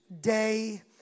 day